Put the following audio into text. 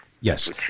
yes